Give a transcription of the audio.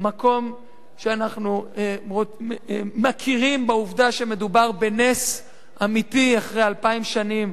מקום שאנחנו מכירים בעובדה שמדובר בנס אמיתי אחרי אלפיים שנים,